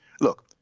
Look